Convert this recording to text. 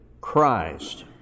Christ